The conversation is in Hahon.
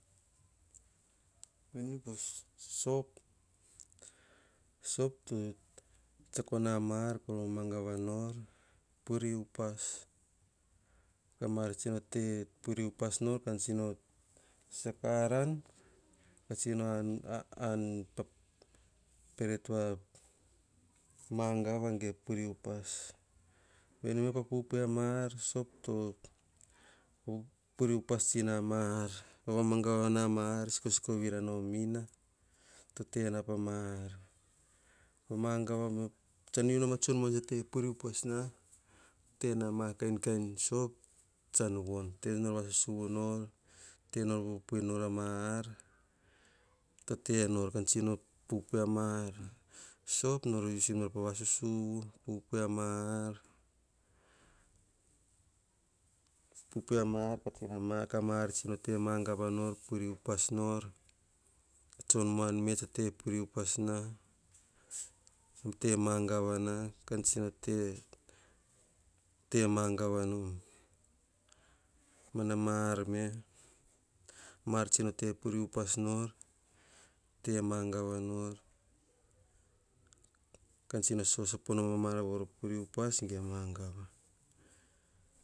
Veni po sop. Sop to tsetsakona maar kormama gava nor. Puir upas kama-ar tsino puiri upas nor ka tsino saka aran. Kan tsino an pa peret vamagava geva puiri upas. Veneme pa pupui ama ar. Sop to vapuiri upas na ma-ar. Vagavana ama ar sikosiko yirana omina. To tena pama ar panan unom tsa tsion tsuna. Taim nor asa reri tsuk ama ar. Tsiako po taim nor po te rova nor po tasu. Ubam taim tsor aguaser pamate ge huts tsa tavuts ene pa tsor tasu vavoasa vere vasasa pama toro mosina vasasa. Kasasa kora nor ka taer pa sata.